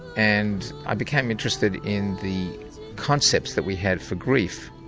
and i became interested in the concepts that we had for grief.